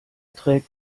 trägt